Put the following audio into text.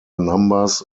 numbers